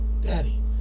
daddy